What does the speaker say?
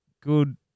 good